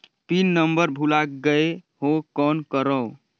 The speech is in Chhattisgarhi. पिन नंबर भुला गयें हो कौन करव?